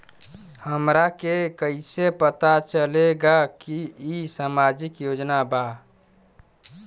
हमरा के कइसे पता चलेगा की इ सामाजिक योजना बा?